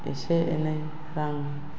एसे एनै रां